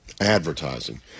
advertising